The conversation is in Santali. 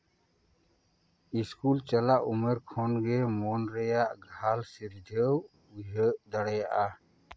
ᱥᱠᱩᱞ ᱪᱟᱞᱟᱜ ᱩᱢᱮᱹᱨ ᱠᱷᱚᱱ ᱜᱮ ᱢᱚᱱ ᱨᱮᱭᱟᱜ ᱜᱷᱟᱹᱞ ᱥᱤᱨᱡᱟᱹᱣ ᱩᱭᱦᱟᱹᱨ ᱫᱟᱲᱮᱭᱟᱜᱼᱟ